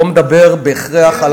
הוא לא מדבר בהכרח על,